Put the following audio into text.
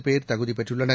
பேர் தகுதி பெற்றுள்ளனர்